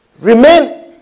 Remain